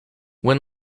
when